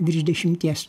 virš dešimties